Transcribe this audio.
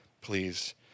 please